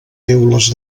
teules